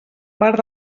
part